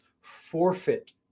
forfeit